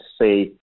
say